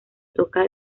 toca